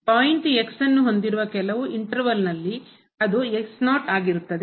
point ನ್ನು ಹೊಂದಿರುವ ಕೆಲವು ಇಂಟರ್ವಲ್ ನಲ್ಲಿ ಮಧ್ಯಂತರದಲ್ಲಿ ಅದು ಆಗಿರುತ್ತದೆ